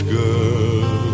girl